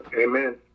Amen